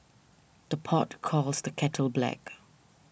the pot calls the kettle black